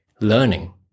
learning